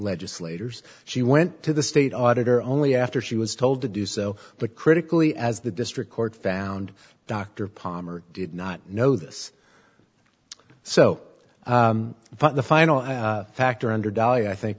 legislators she went to the state auditor only after she was told to do so but critically as the district court found dr palmer did not know this so the final factor undervalue i think